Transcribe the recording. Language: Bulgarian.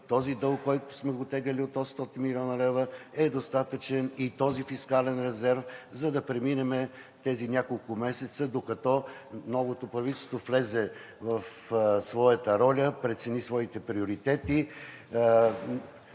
че дългът, който сме го теглили – от 800 млн. лв., е достатъчен, и този фискален резерв, за да преминем няколкото месеца, докато новото правителство влезе в своята роля, прецени своите приоритети,